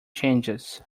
changes